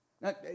Now